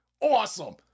Awesome